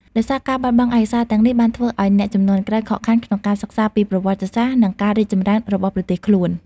ដោយការបាត់បង់ឯកសារទាំងនេះបានធ្វើឲ្យអ្នកជំនាន់ក្រោយខកខានក្នុងការសិក្សាពីប្រវត្តិសាស្ត្រ និងការរីកចម្រើនរបស់ប្រទេសខ្លួន។